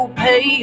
pay